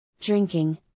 drinking